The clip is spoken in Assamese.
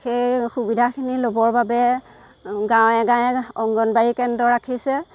সেই সুবিধাখিনি ল'বৰ বাবে গাঁৱে গাঁৱে অংগনবাদী কেন্দ্ৰ ৰাখিছে